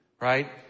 Right